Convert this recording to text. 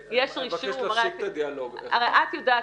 להפסיק את הדיאלוג הזה.